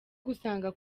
gusanga